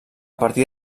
partir